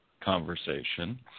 conversation